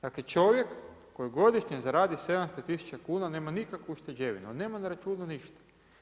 Dakle čovjek koji godišnje zaradi 700 tisuća kuna nema nikakvu ušteđevinu, on nema na računu ništa.